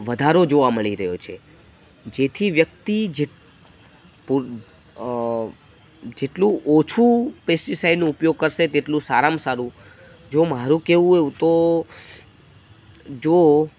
વધારો જોવા મળી રહ્યો છે જેથી વ્યક્તિ જે પૂર જેટલું ઓછું પેસ્ટીસાઇડ્સનો ઉપયોગ કરશે તેટલું સારામાં સારું જો મારું કહેવું એવું તો જો